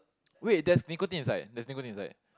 wait there's Nicotine inside there's Nicotine inside